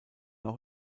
auch